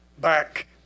back